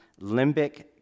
limbic